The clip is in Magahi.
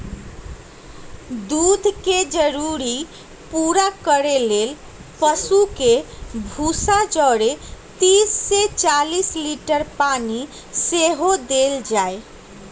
दूध के जरूरी पूरा करे लेल पशु के भूसा जौरे तीस से चालीस लीटर पानी सेहो देल जाय